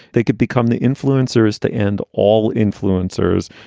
they could become the influencers to end all influencers,